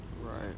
Right